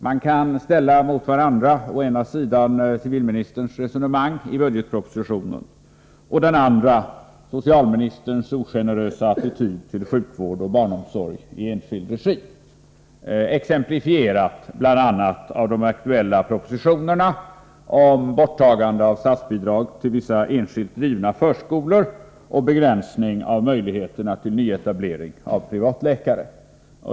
Man kan ställa mot varandra å ena sidan civilministerns resonemang i budgetpropositionen och å andra sidan socialministerns ogenerösa attityd till sjukvård och barnomsorg i enskild regi, exemplifierad bl.a. av de aktuella propositionerna om borttagande av statsbidrag till vissa enskilt drivna förskolor och begränsning av möjligheterna till nyetablering av privatläkare.